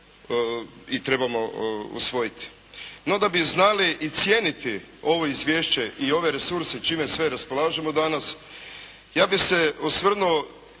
i trebamo usvojiti. No, da bi znali i cijeniti ovo izvješće i ove resurse čime sve raspolažemo danas ja bih se osvrnuo